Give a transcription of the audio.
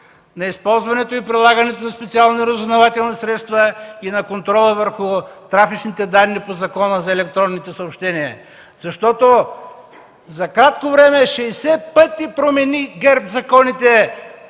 за използването и прилагането на специалните разузнавателни средства и на контрола върху трафичните данни по Закона за електронните съобщения. Защото за кратко време ГЕРБ промени 60 пъти законите